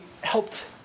helped